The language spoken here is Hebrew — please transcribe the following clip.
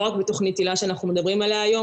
לא רק בתכנית היל"ה שאנחנו מדברים עליה היום,